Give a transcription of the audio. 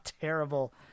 terrible